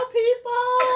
people